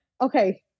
Okay